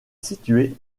située